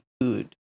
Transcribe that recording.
good